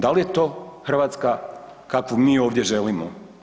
Dal je to Hrvatska kakvu mi ovdje želimo?